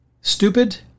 Stupid